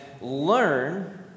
learn